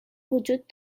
وجود